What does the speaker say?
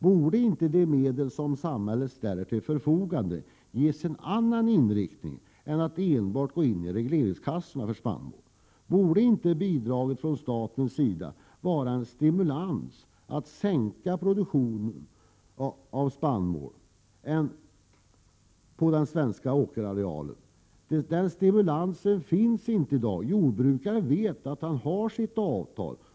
Borde inte de medel samhället ställer till förfogande ges en annan inriktning än att gå till regleringskassorna för spannmål? Borde inte bidraget från statens sida vara en stimulans att sänka produktionen av spannmål på den svenska åkerarealen? Den stimulansen finns inte i dag. Jordbrukaren vet att han har sitt avtal.